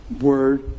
word